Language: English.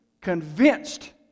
convinced